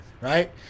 right